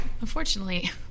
Unfortunately